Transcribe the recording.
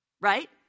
right